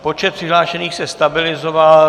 Počet přihlášených se stabilizoval.